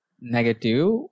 negative